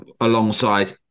alongside